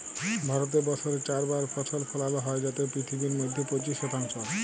ভারতে বসরে চার বার ফসল ফলালো হ্যয় যাতে পিথিবীর মইধ্যে পঁচিশ শতাংশ